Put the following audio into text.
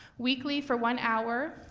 weekly, for one hour,